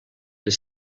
les